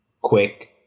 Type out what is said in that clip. quick